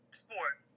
sport